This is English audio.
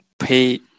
pay